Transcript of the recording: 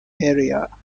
area